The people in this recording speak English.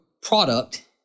product